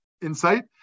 insight